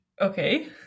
okay